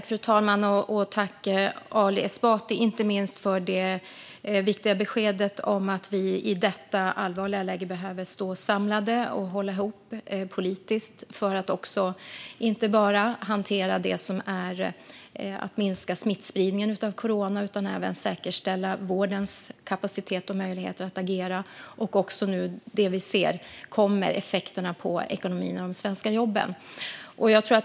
Fru talman! Jag tackar Ali Esbati inte minst för det viktiga beskedet om att vi i detta allvarliga läge behöver stå samlade och hålla ihop politiskt. Det handlar inte bara om att minska smittspridningen av coronaviruset utan även om att säkerställa vårdens kapacitet och möjligheter att agera. Nu ser vi också effekterna som kommer på ekonomin och de svenska jobben.